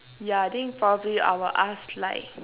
yeah I think probably I will ask like